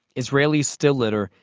israelis still litter.